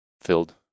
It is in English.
filled